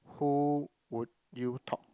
who would you talk